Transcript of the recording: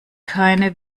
keine